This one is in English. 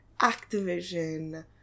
Activision